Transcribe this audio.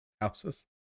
houses